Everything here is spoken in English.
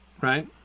right